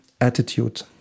attitude